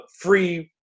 free